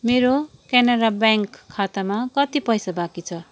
मेरो क्यानरा ब्याङ्क खातामा कति पैसा बाँकी छ